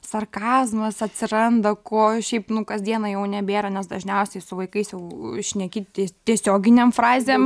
sarkazmas atsiranda ko šiaip nu kasdieną jau nebėra nes dažniausiai su vaikais jau šneki ti tiesioginėm frazėm